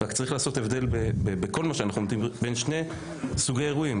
צריך לעשות הבדל בין שני סוגי אירועים.